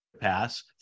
pass